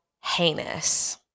heinous